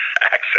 access